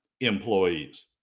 employees